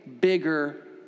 bigger